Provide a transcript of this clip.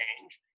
change